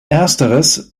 ersteres